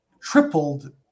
tripled